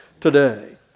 today